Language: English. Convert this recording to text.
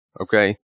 okay